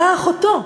באה אחותו,